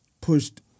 pushed